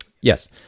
Yes